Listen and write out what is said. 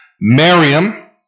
Miriam